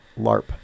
LARP